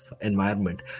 environment